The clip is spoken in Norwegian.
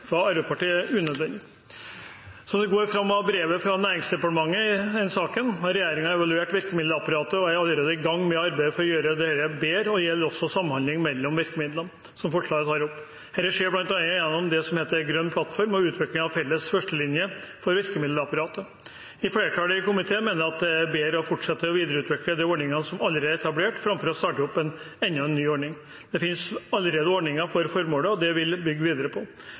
Arbeiderpartiet er unødvendig. Som det framgår av brevet fra Nærings- og fiskeridepartementet i denne saken, har regjeringen evaluert virkemiddelapparatet og er allerede i gang med arbeidet for å gjøre dette bedre. Det gjelder også samhandlingen mellom virkemidlene, som forslaget tar opp. Dette skjer bl.a. gjennom det som heter Grønn plattform og utvikling av felles førstelinje for virkemiddelapparatet. Flertallet i komiteen mener at det er bedre å fortsette å videreutvikle de ordningene som allerede er etablert, framfor å starte opp enda en ny ordning. Det finnes allerede ordninger for formålet, og det vil en bygge videre på.